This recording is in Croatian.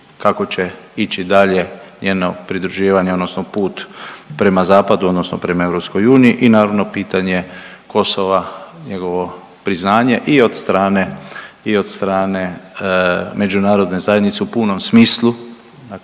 kako će ići dalje njeno pridruživanje, odnosno put prema Zapadu, odnosno prema EU i naravno pitanje Kosova, njegovo priznanje i od strane međunarodne zajednice u punom smislu,